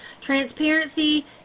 transparency